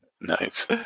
Nice